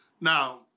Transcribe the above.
Now